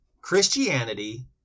Christianity